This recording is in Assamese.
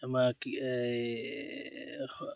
আমাৰ কি এই